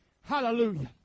Hallelujah